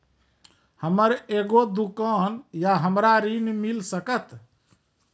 हमर एगो दुकान या हमरा ऋण मिल सकत?